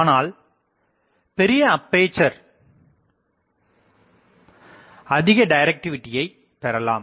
ஆனால் பெரிய அப்பேசர் மூலம் அதிக டிரக்டிவிட்டியை பெறலாம்